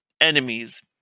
enemies